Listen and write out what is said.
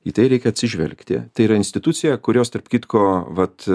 į tai reikia atsižvelgti tai yra institucija kurios tarp kitko vat